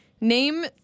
Name